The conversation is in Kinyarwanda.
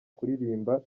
kuririmba